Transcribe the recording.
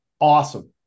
awesome